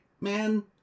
man